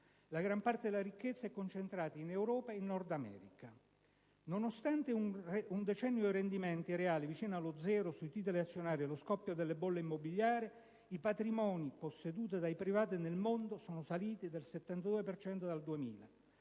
La gran parte della ricchezza è concentrata in Europa e in Nord-America. Nonostante un decennio di rendimenti reali vicini allo zero sui titoli azionari e lo scoppio delle bolle immobiliari, i patrimoni posseduti dai privati nel mondo sono, ripeto, saliti del 72 per cento